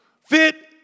fit